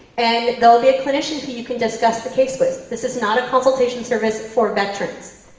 and there'll be a clinician who you can discuss the case with. this is not a consultation service for veterans.